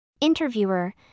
Interviewer